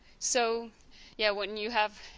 so yeah when you have